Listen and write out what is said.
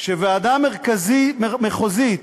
שוועדה מחוזית